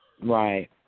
Right